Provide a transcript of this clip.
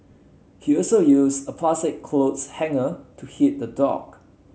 he also used a plastic clothes hanger to hit the dog